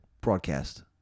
broadcast